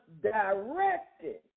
directed